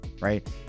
right